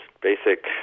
basic